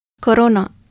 Corona